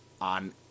on